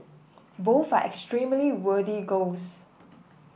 both are extremely worthy goals